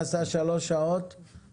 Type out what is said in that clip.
לשנות את הפרדיגמה שאומרת שהן פריפריה.